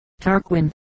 Tarquin